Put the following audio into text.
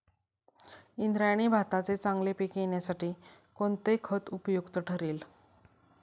इंद्रायणी भाताचे चांगले पीक येण्यासाठी कोणते खत उपयुक्त ठरेल?